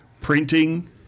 printing